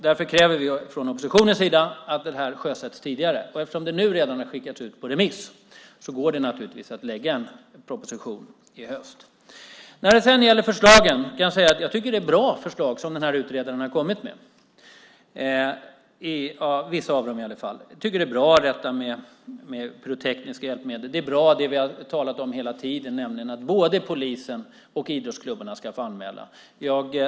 Därför kräver vi från oppositionen att det här sjösätts tidigare, och eftersom det redan har skickats ut på remiss så går det naturligtvis att lägga fram en proposition i höst. När det sedan gäller förslagen kan jag säga att jag tycker att det är bra förslag som utredaren har kommit med, inom vissa områden i alla fall. Jag tycker att det här med pyrotekniska hjälpmedel är bra. Det är bra att både polisen och idrottsklubbarna ska få anmäla - det har vi talat om hela tiden.